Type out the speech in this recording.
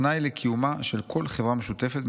תנאי לקיומה של כל חברה משותפת,